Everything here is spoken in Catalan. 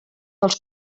als